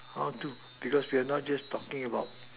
how to because we're not just talking about